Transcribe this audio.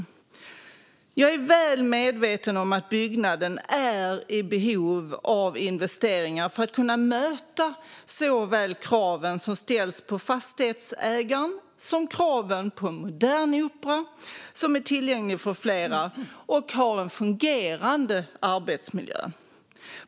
Jag är väl medveten om att byggnaden är i behov av investeringar för att kunna möta såväl kraven som ställs på fastighetsägaren som kraven på en modern opera som är tillgänglig för fler och har en fungerande arbetsmiljö.